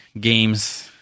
games